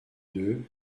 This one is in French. deux